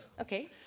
Okay